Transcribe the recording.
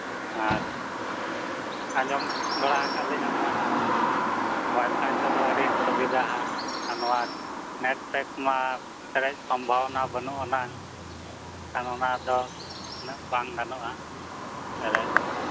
ᱟᱨ ᱟᱸᱡᱚᱢ ᱵᱟᱲᱟ ᱟᱠᱟᱫᱼᱟᱹᱞᱤᱧ ᱚᱱᱟ ᱚᱣᱟᱭᱯᱷᱟᱭ ᱛᱮᱫᱚ ᱟᱹᱰᱤ ᱥᱩᱵᱤᱫᱷᱟᱼᱟ ᱟᱨ ᱱᱚᱣᱟ ᱱᱮᱴᱼᱥᱮᱴ ᱢᱟ ᱯᱮᱨᱮᱡ ᱥᱚᱢᱵᱷᱟᱵᱚᱱᱟ ᱵᱟᱹᱱᱩᱜ ᱟᱱᱟᱝ ᱠᱷᱟᱱ ᱚᱱᱟᱫᱚ ᱩᱱᱟᱹᱜ ᱵᱟᱝ ᱜᱟᱱᱚᱜᱼᱟ ᱛᱟᱦᱚᱞᱮ